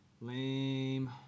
Lame